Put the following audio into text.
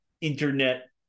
internet